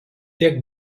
tiek